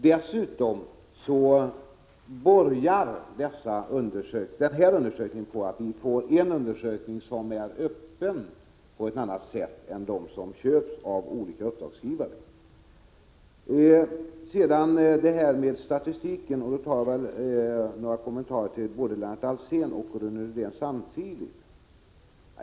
Dessutom borgar denna undersökning för en annan öppenhet än de som köps av olika uppdragsgivare har. Jag vill göra några kommentarer till det Lennart Alsén och Rune Rydén sade om statistiken. Jag vänder mig till båda samtidigt.